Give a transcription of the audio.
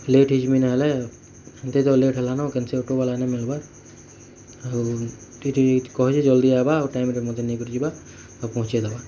late ହେଇ ଜିମି ନହେଲେ ଏମିତି ତ ଲେଟ୍ ହେଲା ନ କେନ୍ସି ଅଟୋବାଲା ନାଇଁ ମିଲବାର୍ ଆଉ ଟିକେ କହ ଯେ ଜଲ୍ଦି ଆଏବା ଆଉ ଟାଇମ୍ରେ ମୋତେ ନେଇକରି ଯିବା ଆଉ ପହଞ୍ଚାଇ ଦବା